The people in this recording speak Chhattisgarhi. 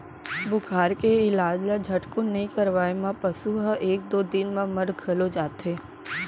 बुखार के इलाज ल झटकुन नइ करवाए म पसु ह एक दू दिन म मर घलौ जाथे